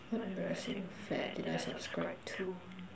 what embarrassing fad did I subscribe to